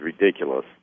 ridiculous